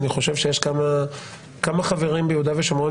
אני חושב שיש כמה חברים ביהודה ושומרון